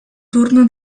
turno